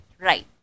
right